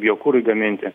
biokurui gaminti